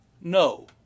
No